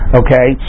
okay